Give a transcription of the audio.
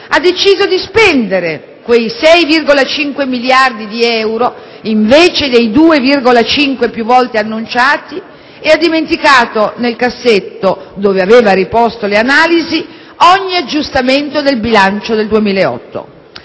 ha deciso di spendere quei 6,5 miliardi di euro, invece dei 2,5 più volte annunciati, e dimenticato nel cassetto, quello dove aveva riposto le analisi, ogni aggiustamento al bilancio del 2008.